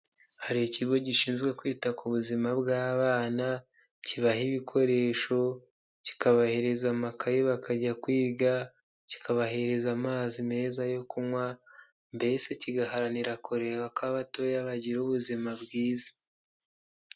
Hari ikigo gishinzwe kwita ku buzima bw'abana kibaha ibikoresho kikabahereza amakayi bakajya kwiga kikabahereza amazi meza yo kunywa mbese kigaharanira kureba ko abatoya bagira ubuzima bwiza.